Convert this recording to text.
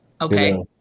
Okay